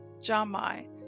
Jamai